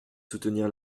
soutenir